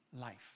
life